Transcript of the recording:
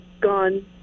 gone